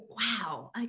wow